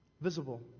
visible